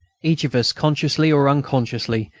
each of us, consciously or unconsciously,